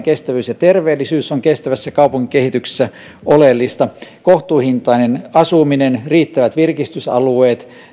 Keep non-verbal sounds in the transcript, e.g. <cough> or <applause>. <unintelligible> kestävyys ja terveellisyys on kestävässä kaupunkikehityksessä oleellista kohtuuhintainen asuminen ja riittävät virkistysalueet